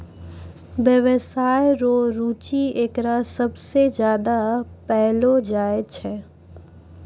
व्यवसाय रो रुचि एकरा सबसे ज्यादा पैलो जाय छै